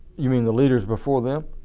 you mean the leaders before them?